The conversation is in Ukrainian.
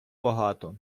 багато